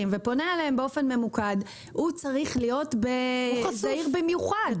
ופונה אליהם באופן ממוקד הוא צריך להיות זהיר במיוחד.